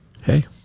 Hey